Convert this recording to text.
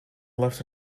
left